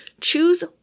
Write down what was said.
choose